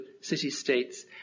city-states